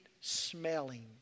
smelling